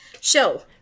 show